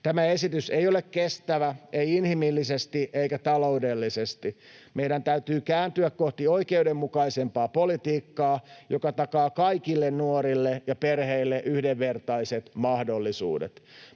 Tämä esitys ei ole kestävä, ei inhimillisesti eikä taloudellisesti. Meidän täytyy kääntyä kohti oikeudenmukaisempaa politiikkaa, joka takaa kaikille nuorille ja perheille yhdenvertaiset mahdollisuudet.